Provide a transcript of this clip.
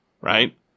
right